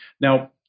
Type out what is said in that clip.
Now